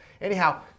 anyhow